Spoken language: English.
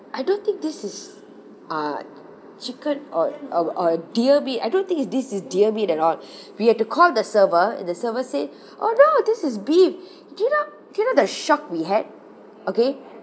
I don't think this is uh chicken or or or deer meat I don't think it's this is deer meat at all we had to call the server and the server said oh no this is beef did you know did you know the shock we had okay